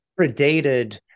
predated